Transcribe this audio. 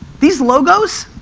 these logos,